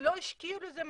לא השקיעו בזה מחשבה.